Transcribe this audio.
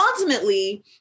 ultimately